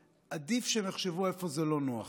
עדיף שהם יחשבו איפה זה לא נוח.